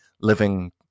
living